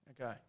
Okay